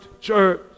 church